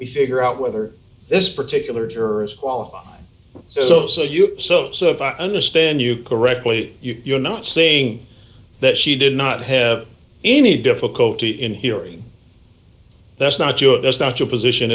we figure out whether this particular juror's qualifies so so you so so if i understand you correctly you're not saying that she did not have any difficulty in hearing that's not you it's not your position